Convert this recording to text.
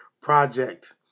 Project